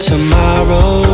Tomorrow